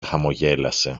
χαμογέλασε